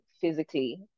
physically